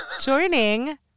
Joining